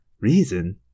Reason